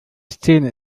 szene